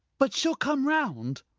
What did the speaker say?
but she'll come round.